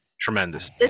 tremendous